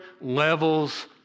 levels